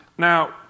Now